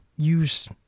Use